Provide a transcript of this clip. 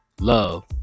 love